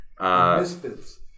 misfits